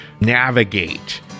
navigate